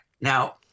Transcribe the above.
now